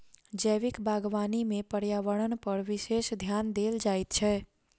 जैविक बागवानी मे पर्यावरणपर विशेष ध्यान देल जाइत छै